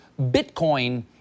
Bitcoin